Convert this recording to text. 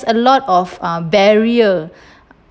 a lot of um barrier